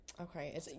Okay